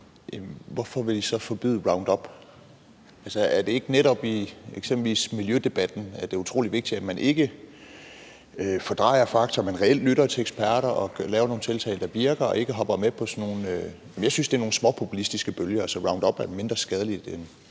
Hvorfor vil I så forbyde Roundup? Er det ikke netop i eksempelvis miljødebatten utrolig vigtigt, at man ikke fordrejer fakta, men reelt lytter til eksperter og laver nogle tiltag, der virker, og ikke hopper med på sådan nogle, synes jeg, småpopulistiske bølger? Altså, Roundup er mindre skadeligt end